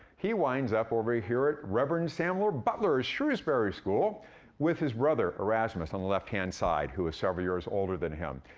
he winds up over here at reverend samuel butler's shrewsbury school with his brother, erasmus, on the left-hand side, who was several years older than him.